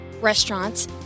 restaurants